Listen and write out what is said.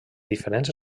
diferents